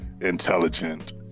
intelligent